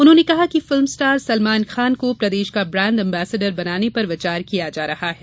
उन्होंने कहा कि फिल्म स्टार सलमान खान को प्रदेश का ब्रांड एम्बसेडर बनाने पर विचार किया जा रहा है